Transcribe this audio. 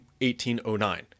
1809